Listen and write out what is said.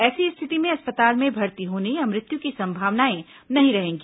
ऐसी स्थिति में अस्पताल में भर्ती होने या मृत्यु की संभावनाएं नहीं रहेंगी